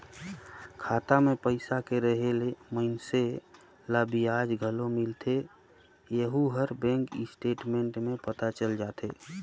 खाता मे पइसा के रहें ले मइनसे ल बियाज घलो मिलथें येहू हर बेंक स्टेटमेंट में पता चल जाथे